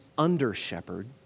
under-shepherd